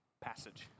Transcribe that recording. passage